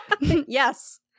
Yes